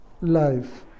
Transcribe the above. life